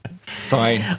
Fine